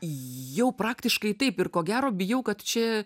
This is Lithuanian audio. jau praktiškai taip ir ko gero bijau kad čia